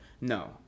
No